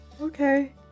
Okay